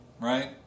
right